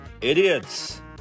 idiots